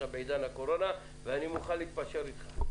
בעידן הקורונה ואני מוכן להתפשר איתך.